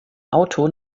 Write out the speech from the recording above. auto